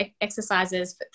exercises